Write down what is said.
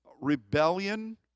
rebellion